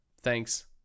Thanks